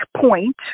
point